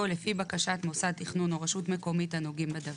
או לפי בקשת מוסד תכנון או רשות מקומית הנוגעים בדבר,